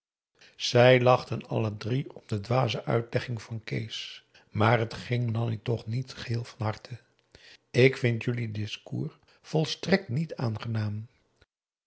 zij lachten alle drie om de dwaze uitlegging van kees maar het ging nanni toch niet van harte ik vind jullie discours volstrekt niet aangenaam